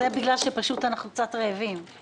זה בגלל שאנחנו קצת רעבים...